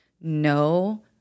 no